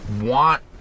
want